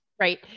right